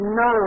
no